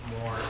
more